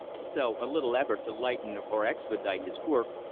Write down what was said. so a little effort to lighten or expedite his work,